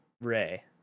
ray